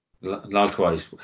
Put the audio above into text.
Likewise